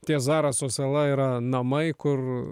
tie zaraso sala yra namai kur